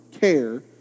care